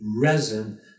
resin